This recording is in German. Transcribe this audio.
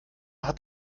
hat